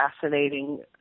fascinating